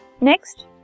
Next